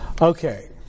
Okay